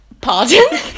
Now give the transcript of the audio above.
Pardon